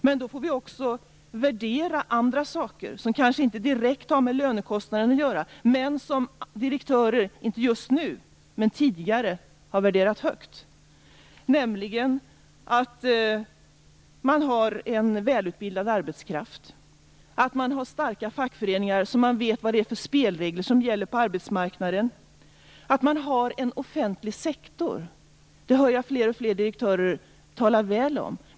Men då får vi också värdera andra saker som kanske inte direkt har med lönekostnaden att göra, men som direktörer tidigare - inte just nu - har värderat högt, nämligen en välutbildad arbetskraft, starka fackföreningar så att man vet vilka spelregler som gäller på arbetsmarknaden och en offentlig sektor. Det hör jag fler och fler direktörer tala väl om.